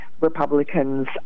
republicans